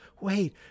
wait